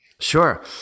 Sure